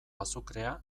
azukrea